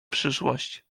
przyszłość